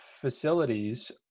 facilities